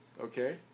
okay